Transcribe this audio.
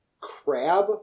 crab